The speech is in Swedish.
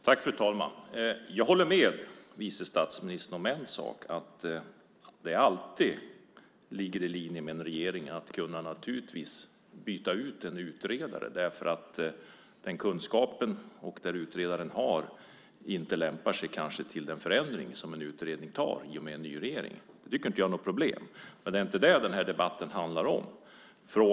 Fru talman! Jag håller med vice statsministern om en sak. Det är naturligtvis alltid möjligt för en regering att byta ut en utredare. Den kunskap som utredaren har kanske inte lämpar sig för den förändring som en ny regering innebär för utredningen. Det tycker jag inte är något problem. Den här debatten handlar inte om det.